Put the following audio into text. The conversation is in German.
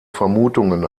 vermutungen